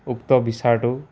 উক্ত বিচাৰটো